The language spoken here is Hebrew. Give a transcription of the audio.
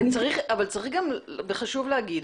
אבל צריך וחשוב להגיד,